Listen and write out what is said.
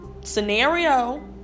scenario